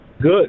Good